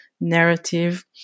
narrative